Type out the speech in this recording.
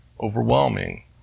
overwhelming